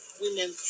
women